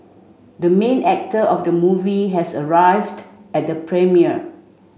the main actor of the movie has arrived at the premiere